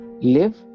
live